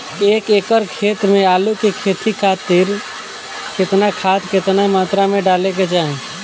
एक एकड़ खेत मे आलू के खेती खातिर केतना खाद केतना मात्रा मे डाले के चाही?